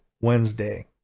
Wednesday